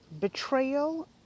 betrayal